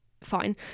fine